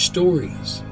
Stories